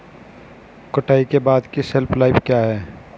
कटाई के बाद की शेल्फ लाइफ क्या है?